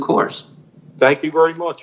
course thank you very much